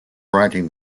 writing